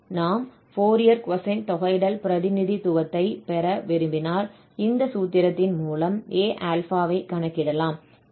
நாம் Fourier cosine தொகையிடல் பிரதிநிதித்துவத்தைப் பெற விரும்பினால் இந்த சூத்திரத்தின் மூலம் A α ஐ கணக்கிடலாம்